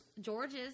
George's